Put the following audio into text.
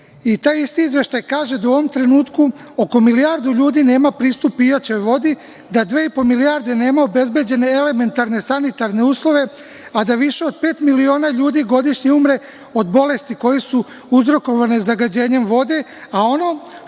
Taj isti izveštaj kaže da u ovom trenutku oko milijardu ljudi nema pristup pijaćoj vodi, da dve i po milijarde nema obezbeđene elementarne sanitarne uslove, a da više od pet miliona ljudi godišnje umre od bolesti koje su uzrokovane zagađenjem vode. Ono